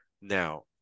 Now